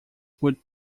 would